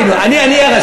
בגללנו, לא הבנתי מי הרשע.